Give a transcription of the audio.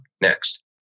next